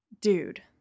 Dude